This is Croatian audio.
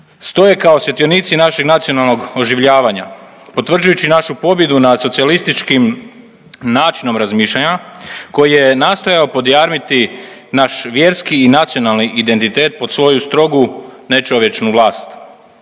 stoje kao svjetionici našeg nacionalnog oživljavanja, potvrđujući našu pobjedu nad socijalističkim načinom razmišljanja koji je nastojao podjarmiti naš vjerski i nacionalni identitet pod svoju strogu nečovječnu vlast.